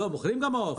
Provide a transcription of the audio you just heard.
מוכרים גם עוף,